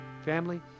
Family